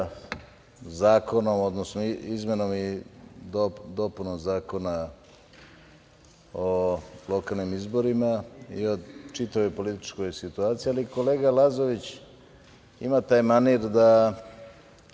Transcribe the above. u vezi sa izmenama i dopunom Zakona o lokalnim izborima i o čitavoj političkoj situaciji, ali kolega Lazović ima taj manir da,